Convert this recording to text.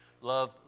love